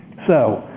so